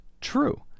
true